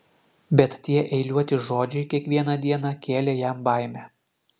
bet tie eiliuoti žodžiai kiekvieną dieną kėlė jam baimę